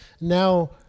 Now